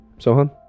Sohan